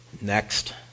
Next